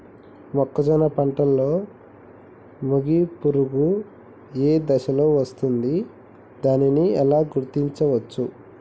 మొక్కజొన్న పంటలో మొగి పురుగు ఏ దశలో వస్తుంది? దానిని ఎలా గుర్తించవచ్చు?